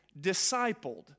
discipled